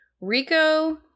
Rico